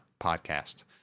Podcast